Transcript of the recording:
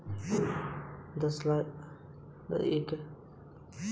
दस लाख से लेकर एक करोङ रुपए तक का ऋण स्टैंड अप इंडिया देता है